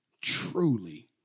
truly